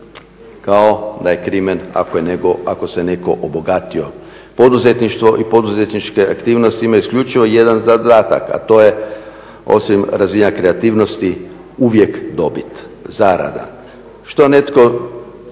kao da je krimen ako se netko obogatio. Poduzetništvo i poduzetničke aktivnosti imaju isključivo jedan zadatak a to je osim razvijanja kreativnosti uvijek dobit, zarada. Što netko